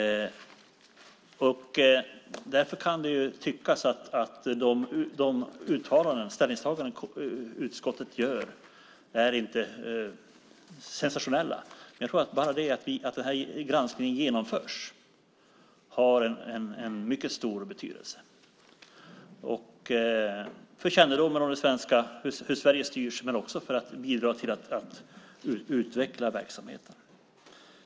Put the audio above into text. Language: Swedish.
Det kan tyckas att de ställningstaganden som utskottet gör inte är sensationella. Men enbart det att granskningen genomförs har en mycket stor betydelse. Det handlar om kännedomen om hur Sverige styrs men också om att bidra till att utveckla verksamheten.